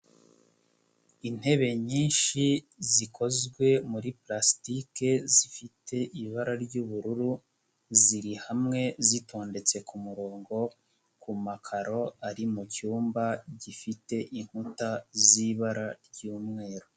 Intebe nyinshi zikozwe muri palasitike, zifite ibara ry'ubururu, ziri hamwe zitondetse ku murongo ku makaro ari mu cyumba gifite inkuta z'ibara ry'umweru.